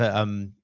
ah um,